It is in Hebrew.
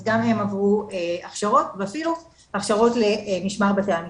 אז גם הם עברו הכשרות ואפילו הכשרות למשמר בתי המשפט,